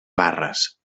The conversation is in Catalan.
barres